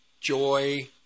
joy